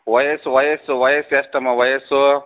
ವಯಸ್ಸು ವಯಸ್ಸು ವಯಸ್ಸು ಎಷ್ಟಮ್ಮ ವಯಸ್ಸು